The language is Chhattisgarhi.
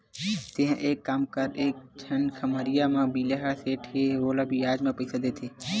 तेंहा एक काम कर एक झन खम्हरिया म बिलवा सेठ हे ओहा बियाज म पइसा देथे